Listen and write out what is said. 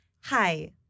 Hi